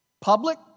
public